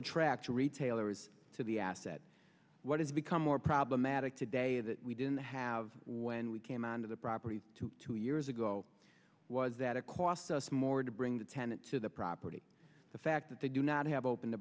attracts retailers to the asset what has become more problematic today that we didn't have when we came out of the property to two years ago was that it cost us more to bring the tenant to the property the fact that they do not have open the